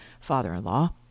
father-in-law